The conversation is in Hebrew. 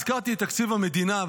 הזכרתי את תקציב המדינה,